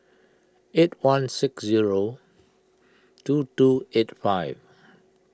eight one six zero two two eight five